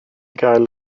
gael